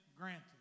granted